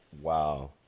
Wow